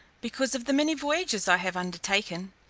because of the many voyages i have undertaken,